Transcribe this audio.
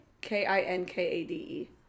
K-I-N-K-A-D-E